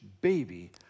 baby